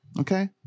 okay